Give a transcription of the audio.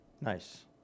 Nice